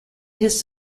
his